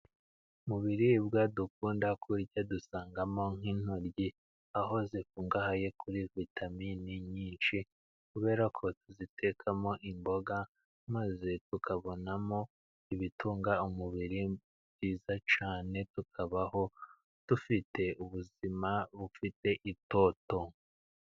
Mu biribwa dukunda kurya dusangamo nk'intoryi; aho zikungahaye kuri vitaminini nyinshi, kubera ko tuzitekamo imboga maze tukabonamo ibitunga umubiri byiza cyane, tukabaho dufite ubuzima bufite itoto.